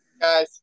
Guys